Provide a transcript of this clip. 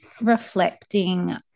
reflecting